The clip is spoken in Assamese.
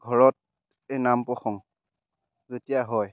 ঘৰত এই নাম প্ৰসং যেতিয়া হয়